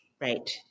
Right